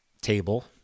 table